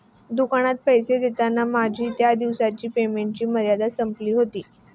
दुकानात पैसे देताना माझी त्या दिवसाची पेमेंटची मर्यादा संपली होती